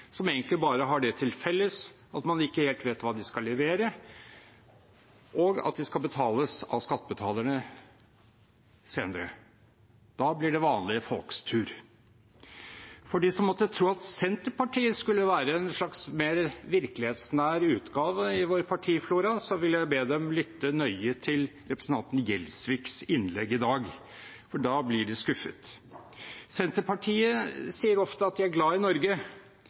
som egentlig bare har det til felles at man ikke helt vet hva de skal levere, og at det skal betales av skattebetalerne – senere. Da blir det vanlige folks tur. De som måtte tro at Senterpartiet skulle være en slags mer virkelighetsnær utgave i vår partiflora, vil jeg be lytte nøye til representanten Gjelsviks innlegg i dag, for da blir de skuffet. Senterpartiet sier ofte at de er glad i Norge.